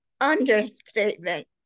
understatement